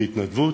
בהתנדבות,